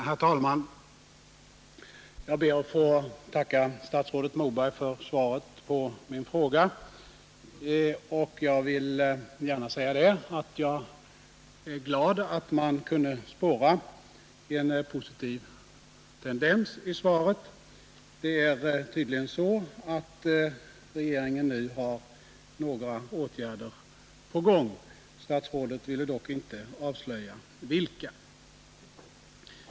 Herr talman! Jag ber att få tacka statsrådet Moberg för svaret på min fråga och är glad över att man kan spåra en positiv tendens i svaret. Tydligen har regeringen nu några åtgärder på gång; statsrådet ville dock inte avslöja vilka.